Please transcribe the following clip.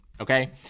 okay